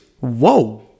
Whoa